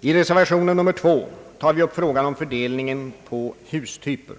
I reservationen nr 2 tar vi upp frågan om fördelningen på hustyper.